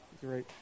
Great